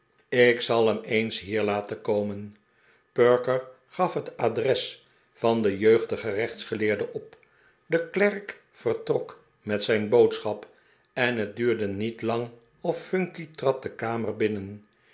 ik zal hem eens hier laten komen perker gaf het adres van den jetigdigen rechtsgeleerde op de klerk vertrok met zijn boodschap en het duurde niet lang of phunky trad de kamer binnen